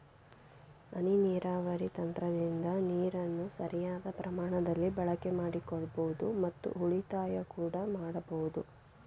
ಹನಿ ನೀರಾವರಿ ತಂತ್ರದಿಂದ ನೀರನ್ನು ಸರಿಯಾದ ಪ್ರಮಾಣದಲ್ಲಿ ಬಳಕೆ ಮಾಡಿಕೊಳ್ಳಬೋದು ಮತ್ತು ಉಳಿತಾಯ ಕೂಡ ಮಾಡಬೋದು